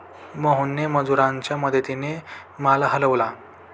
मोहनने मजुरांच्या मदतीने माल हलवला